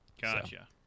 gotcha